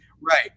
Right